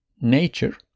nature